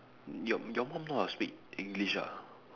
your your mum know how to speak english ah